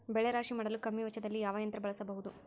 ಬೆಳೆ ರಾಶಿ ಮಾಡಲು ಕಮ್ಮಿ ವೆಚ್ಚದಲ್ಲಿ ಯಾವ ಯಂತ್ರ ಬಳಸಬಹುದು?